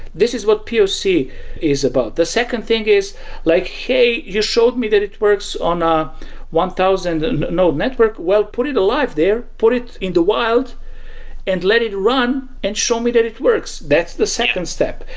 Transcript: this is what poc so is about. the second thing is like, hey, you showed me that it works on a one thousand and node network. well, put it alive there. put it in the wild and let it run and show me that it works. that's the second step.